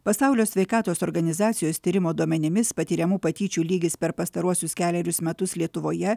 pasaulio sveikatos organizacijos tyrimo duomenimis patiriamų patyčių lygis per pastaruosius kelerius metus lietuvoje